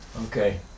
okay